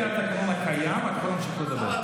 לפי התקנון הקיים אתה יכול להמשיך לדבר.